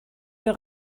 für